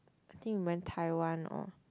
I think even Taiwan or